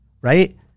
Right